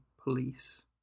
police